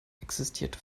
existierte